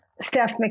Steph